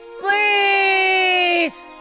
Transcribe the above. Please